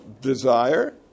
desire